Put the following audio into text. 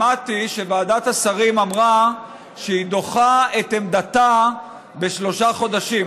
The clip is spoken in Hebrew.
שמעתי שוועדת השרים אמרה שהיא דוחה את עמדתה בשלושה חודשים.